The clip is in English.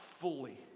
fully